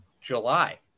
July